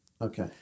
Okay